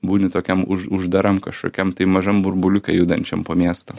būni tokiam uždaram kažkokiam tai mažam burbuliuke judančiam po miestą